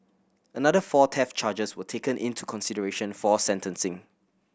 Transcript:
another four theft charges were taken into consideration for sentencing